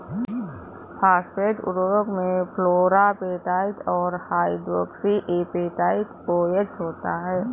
phosphate उर्वरक में fluorapatite और हाइड्रोक्सी एपेटाइट ओएच होता है